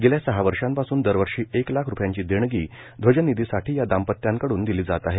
गेल्या सहा वर्षापासून दरवर्षी एक लाख रुपयांची देणगी ध्वजनिधीसाठी या दांपत्याकडून दिली जात आहे